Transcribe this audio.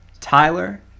Tyler